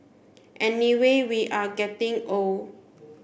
anyway we are getting old